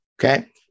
Okay